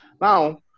Now